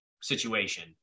situation